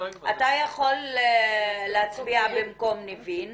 אתה יכול להצביע במקום ניבין.